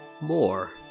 more